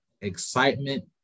excitement